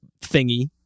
thingy